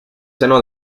seno